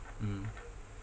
mm